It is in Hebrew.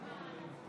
בעד.